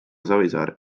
savisaar